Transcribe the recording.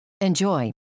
Enjoy